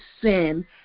sin